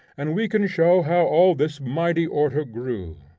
and we can show how all this mighty order grew